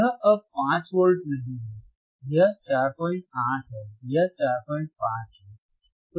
यह अब 5 वोल्ट नहीं है यह 48 है यह 45 है